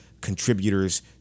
contributors